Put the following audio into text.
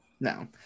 No